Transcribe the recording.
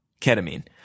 ketamine